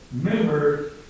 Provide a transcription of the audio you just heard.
members